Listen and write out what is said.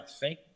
thank